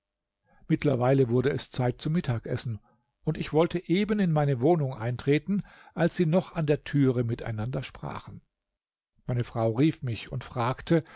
mittlerweile wurde es zeit zum mittagessen und ich wollte eben in meine wohnung eintreten als sie noch an der türe miteinander sprachen meine frau rief mich und fragte